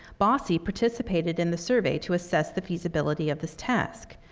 bosse participated in the survey to assess the feasibility of this task.